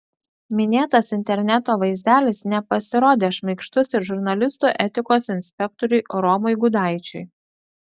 minėtas interneto vaizdelis nepasirodė šmaikštus ir žurnalistų etikos inspektoriui romui gudaičiui